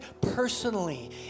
personally